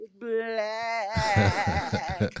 black